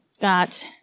got